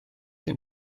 sydd